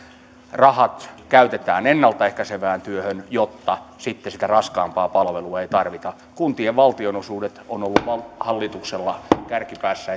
rahat käytetään ennaltaehkäisevään työhön jotta sitten sitä raskaampaa palvelua ei tarvita kuntien valtionosuudet ovat olleet hallituksella kärkipäässä